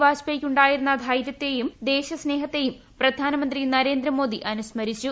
വാജ്പേയ്ക്കുണ്ടായിരുന്ന ധൈര്യത്തെയും ദേശസ്നേഹത്തേയും പ്രധാനമന്ത്രി നരേന്ദ്രമോദി അനുസ്മരിച്ചു